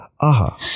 AHA